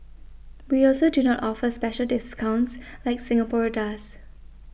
we also do not offer special discounts like Singapore does